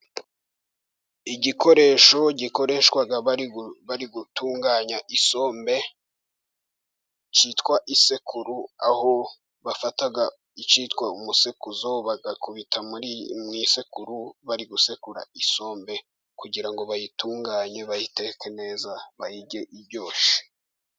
Igikoresho gikoreshwa bari gutunganya isombe cyitwa isekuru. Aho bafata icyitwa umusekuzo bagakubita mu isekuru bari gusekura isombe, kugira ngo bayitunganye bayiteke neza bayirye iryoshye.